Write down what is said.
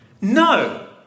No